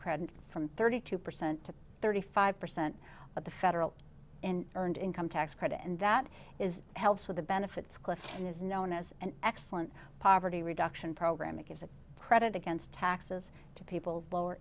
credit from thirty two percent to thirty five percent of the federal and earned income tax credit and that is helps with the benefits cliff and is known as an excellent poverty reduction program it gives a credit against taxes to people lower